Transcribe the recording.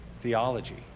theology